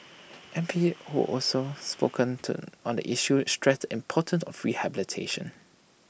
M P who also spoken on the issue stressed the importance of rehabilitation